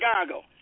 Chicago